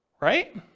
right